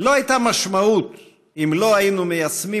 לא הייתה משמעות אם לא היינו מיישמים